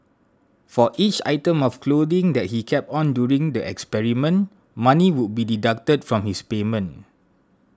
for each item of clothing that he kept on during the experiment money would be deducted from his payment